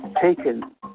taken